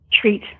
treat